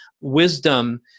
wisdom